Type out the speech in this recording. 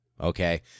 okay